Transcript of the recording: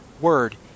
word